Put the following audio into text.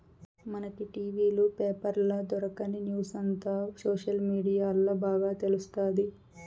మనకి టి.వీ లు, పేపర్ల దొరకని న్యూసంతా సోషల్ మీడియాల్ల బాగా తెలుస్తాది